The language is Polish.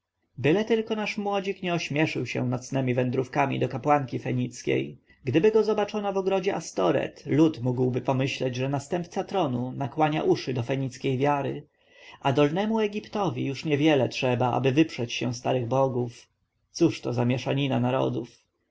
byle tylko nasz młodzik nie ośmieszył się nocnemi wędrówkami do kapłanki fenickiej gdyby go zobaczono w ogrodzie astoreth lud mógłby myśleć że następca tronu nakłania uszu do fenickiej wiary a dolnemu egiptowi już niewiele potrzeba aby wyprzeć się starych bogów cóż to za mieszanina narodów